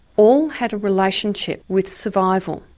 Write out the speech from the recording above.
all had a relationship with survival,